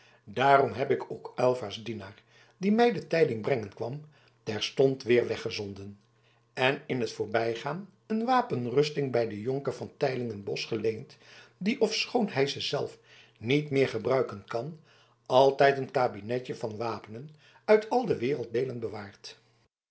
daarom heb ik ook aylva's dienaar die mij de tijding brengen kwam terstond weer weggezonden en in t voorbijgaan een wapenrusting bij den jonker van teylinger bosch geleend die ofschoon hij ze zelf niet meer gebruiken kan altijd een kabinetje van wapenen uit al de werelddeelen bewaart